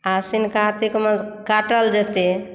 आसीन कार्तिकमे काटल जेतै